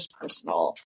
personal